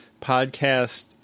podcast